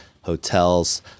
hotels